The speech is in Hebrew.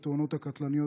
את התאונות הקטלניות,